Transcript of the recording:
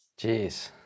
Jeez